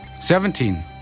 Seventeen